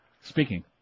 Speaking